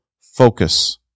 focus